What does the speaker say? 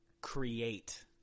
create